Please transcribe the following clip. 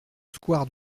square